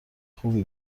خوبی